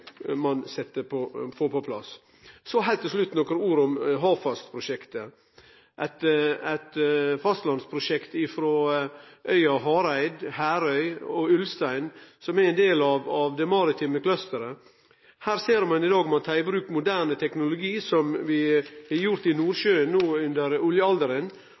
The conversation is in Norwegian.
få på plass. Så heilt til slutt nokre ord om fastlandsprosjektet frå øya Hareid, Herøy og Ulstein, som er ein del av den maritime clusteren. Her ser ein i dag at ein tek i bruk moderne teknologi, som vi har gjort i Nordsjøen no under oljealderen.